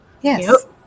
Yes